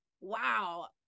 wow